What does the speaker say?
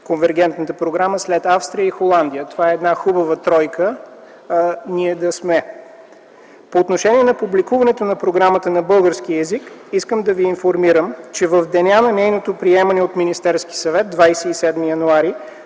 Конвергентната програма, след Австрия и Холандия. Това е една хубава тройка, в която ние да сме. По отношение публикуването на програмата на български език, искам да Ви информирам, че в деня на нейното приемане от Министерския съвет – 27 януари